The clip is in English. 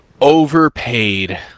Overpaid